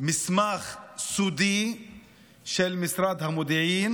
מסמך סודי של משרד המודיעין